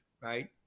right